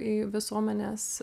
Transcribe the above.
į visuomenes